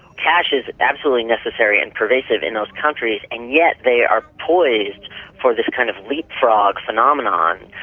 cash is absolutely necessary and pervasive in those countries, and yet they are poised for this kind of leapfrog phenomenon.